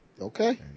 Okay